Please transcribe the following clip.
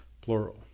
plural